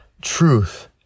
truth